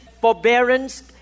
forbearance